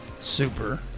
Super